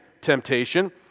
temptation